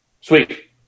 Sweet